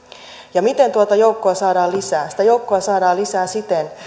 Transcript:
ja miten tuota joukkoa saadaan lisää sitä joukkoa saadaan lisää siten